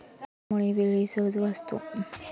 ATM मुळे वेळही सहज वाचतो